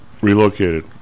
relocated